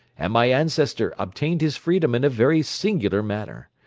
and my ancestor obtained his freedom in a very singular manner.